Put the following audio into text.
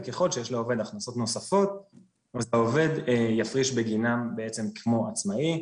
וככל שיש לעובד הכנסות נוספות העובד יפריש בגינם בעצם כמו עצמאי.